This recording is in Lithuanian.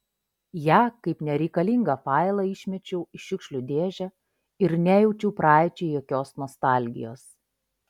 ją kaip nereikalingą failą išmečiau į šiukšlių dėžę ir nejaučiau praeičiai jokios nostalgijos